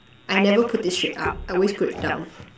I never put it straight up I always put it straight down